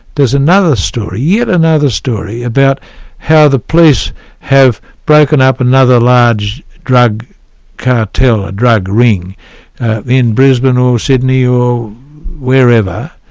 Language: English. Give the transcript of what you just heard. there's another story, yet another story about how the police have broken up another large drug cartel, a drug ring in brisbane or sydney or wherever,